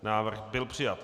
Návrh byl přijat.